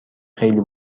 خیلی